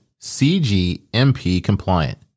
CGMP-compliant